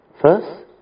First